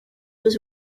was